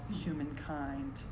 humankind